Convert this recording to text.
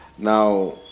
Now